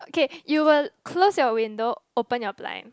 okay you will close your window open your blind